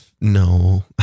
no